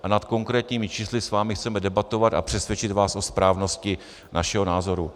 A nad konkrétními čísly s vámi chceme debatovat a přesvědčit vás o správnosti našeho názoru.